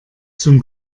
zum